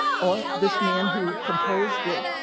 ah this man who composed it,